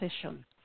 session